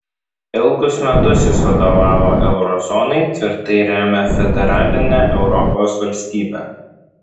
ilgus metus jis vadovavo euro zonai tvirtai remia federalinę europos valstybę